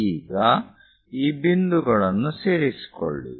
ಈಗ ಈ ಬಿಂದುಗಳನ್ನು ಸೇರಿಸಿಕೊಳ್ಳಿ